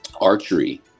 archery